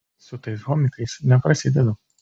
su tais homikais neprasidedu